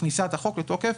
מכניסה את החוק לתוקף,